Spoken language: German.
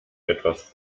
etwas